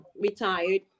retired